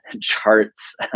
charts